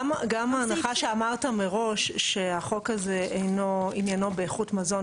גם ההנחה שאמרת מראש שהחוק הזה אינו עניינו באיכות מזון,